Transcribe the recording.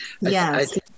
Yes